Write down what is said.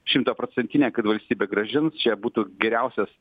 šimtaprocentinė kad valstybė grąžins čia būtų geriausias